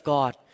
God